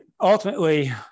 ultimately